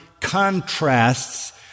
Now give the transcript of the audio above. contrasts